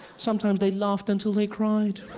sometimes they laughed until they cried.